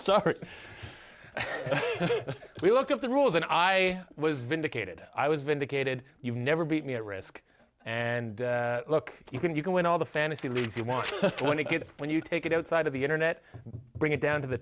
up we look at the rules and i was vindicated i was vindicated you'd never beat me at risk and look you can you can win all the fantasy leagues you want when it gets when you take it outside of the internet bring it down to the